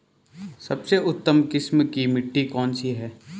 सबसे उत्तम किस्म की मिट्टी कौन सी है?